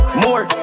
more